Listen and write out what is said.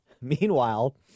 meanwhile